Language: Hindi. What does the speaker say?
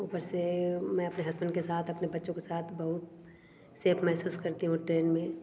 ऊपर से मैं अपने हस्बैंड के साथ अपने बच्चों के साथ बहुत सेफ महसूस करती हूँ ट्रेन में